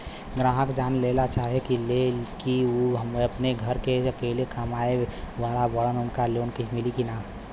ग्राहक जानेला चाहे ले की ऊ अपने घरे के अकेले कमाये वाला बड़न उनका के लोन मिली कि न?